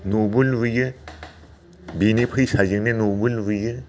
न'बो लुयो बेनि फैसाजोंनो न'बो लुयो